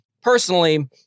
personally